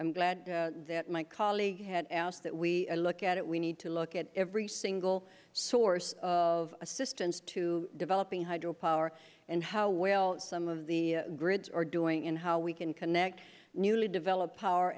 i'm glad that my colleague had asked that we look at it we need to look at every single source of assistance to developing hydro power and how well some of the grids are doing and how we can connect newly developed power